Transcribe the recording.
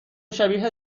شبیه